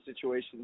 situations